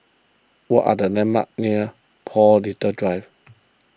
what are the landmarks near Paul Little Drive